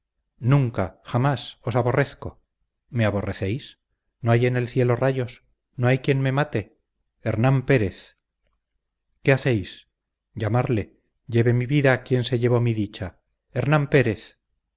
nunca jamás os aborrezco me aborrecéis no hay en el cielo rayos no hay quien me mate hernán pérez qué hacéis llamarle lleve mi vida quien se llevó mi dicha hernán pérez